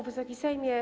Wysoki Sejmie!